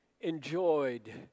enjoyed